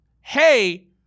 hey